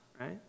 right